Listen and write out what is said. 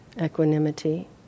equanimity